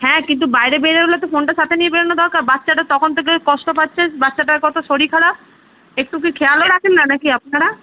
হ্যাঁ কিন্তু বাইরে বেরোলে তো ফোনটা সাথে নিয়ে বেরোনো দরকার বাচ্চাটা তখন থেকে কষ্ট পাচ্ছে বাচ্চাটার কত শরীর খারাপ একটু কি খেয়ালও রাখেন না কি আপনারা